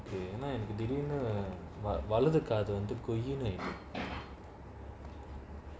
okay திடீர்னுவலதுகாதுவந்துகொய்ன்னுஇருக்கு:thidernu valathu kathu vandhu koinu iruku